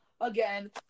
again